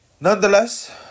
nonetheless